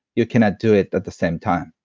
you cannot do it at the same time.